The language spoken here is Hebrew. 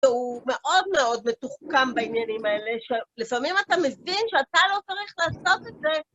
הוא מאוד מאוד מתוחכם בעניינים האלה, לפעמים אתה מבין שאתה לא צריך לעשות את זה